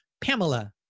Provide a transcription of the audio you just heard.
Pamela